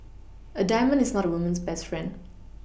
a diamond is not a woman's best friend